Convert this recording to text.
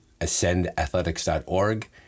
ascendathletics.org